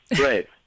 Right